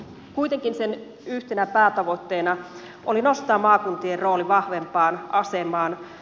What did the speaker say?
kuitenkin sen yhtenä päätavoitteena oli nostaa maakuntien rooli vahvempaan asemaan